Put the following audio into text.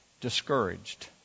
discouraged